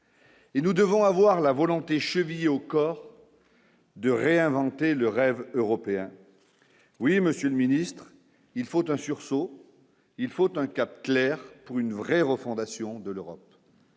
Et nous devons avoir la volonté chevillée au corps de réinventer le rêve européen oui, Monsieur le Ministre, il faut un sursaut, il faut un cap clair pour une vraie refondation de l'Europe.